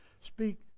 speak